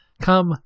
come